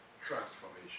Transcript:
transformation